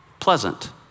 pleasant